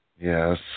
Yes